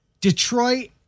Detroit